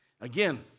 Again